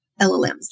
LLMs